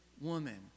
woman